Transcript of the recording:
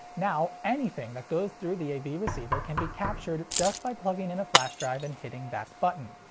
now, anything that goes through the a v receiver can be captured just by plugging in a flash drive and hitting that button.